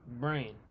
brain